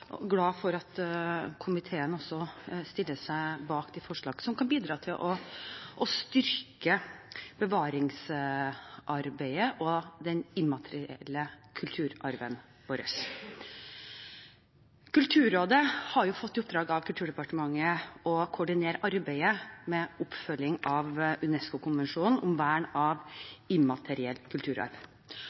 også glad for at komiteen stiller seg bak disse forslagene som kan bidra til å styrke bevaringsarbeidet og den immaterielle kulturarven vår. Kulturrådet har fått i oppdrag av Kulturdepartementet å koordinere arbeidet med oppfølging av UNESCO-konvensjonen om vern av